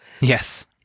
Yes